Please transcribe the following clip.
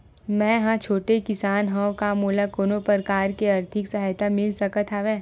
मै ह छोटे किसान हंव का मोला कोनो प्रकार के आर्थिक सहायता मिल सकत हवय?